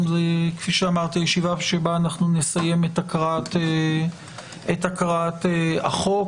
היום נסיים את הקראת החוק.